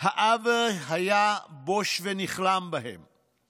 האב היה בוש ונכלם, בהם,